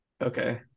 okay